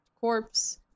corpse